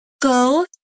go